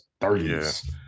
30s